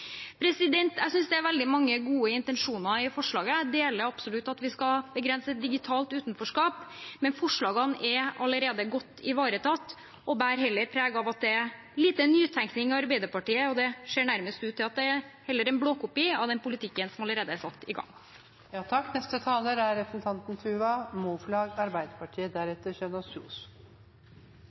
Jeg synes det er veldig mange gode intensjoner i forslaget. Jeg deler absolutt at vi skal begrense digitalt utenforskap, men forslagene er allerede godt ivaretatt og bærer heller preg av at det er lite nytenkning i Arbeiderpartiet. De ser nærmest ut til heller å være en blåkopi av den politikken som allerede er satt i gang.